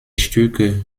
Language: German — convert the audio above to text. stücke